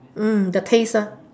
mm the taste ah